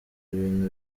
ibintu